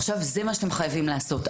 עכשיו זה מה שאתם חייבים לעשות,